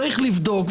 צריך לבדוק,